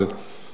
על גז,